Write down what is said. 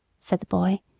said the boy,